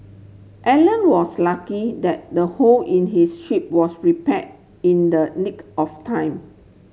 Alan was lucky that the hole in his ship was repair in the nick of time